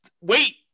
Wait